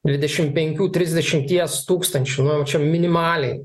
dvidešimt penkių trisdešimties tūkstančių nu čia minimaliai